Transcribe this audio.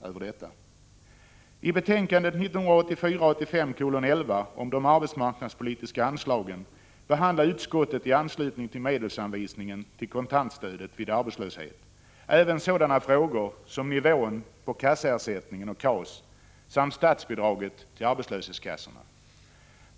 I betänkandet 1984/85:11 om de arbetsmarknadspolitiska anslagen behandlade utskottet i anslutning till medelsanvisningen till kontantstödet vid arbetslöshet även sådana frågor som nivån på kassaersättningarna och KAS samt statsbidraget till arbetslöshetskassorna.